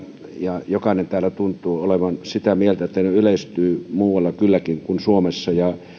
ja jokainen täällä tuntuu olevan sitä mieltä että ne yleistyvät muualla kylläkin kuin suomessa ja